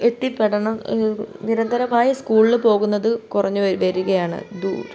എത്തിപ്പെടുന്ന നിരന്തരമായി സ്കൂളിൽ പോകുന്നത് കുറഞ്ഞു വരികയാണ് ദൂ